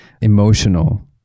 emotional